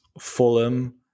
Fulham